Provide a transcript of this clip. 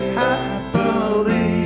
happily